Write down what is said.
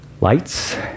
Lights